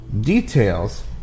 details